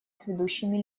сведущими